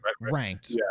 Ranked